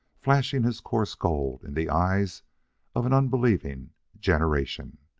flashing his coarse gold in the eyes of an unbelieving generation.